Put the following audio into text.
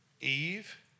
Eve